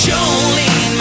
Jolene